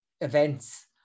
events